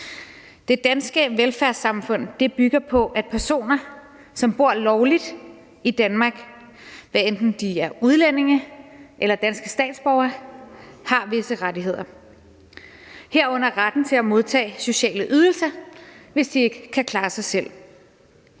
Det danske velfærdssamfund bygger på, at personer, som bor lovligt i Danmark, hvad enten de er udlændinge eller danske statsborgere, har visse rettigheder, herunder retten til at modtage sociale ydelser, hvis de ikke kan klare sig selv.